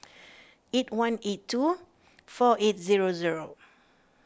eight one eight two four eight zero zero